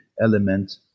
element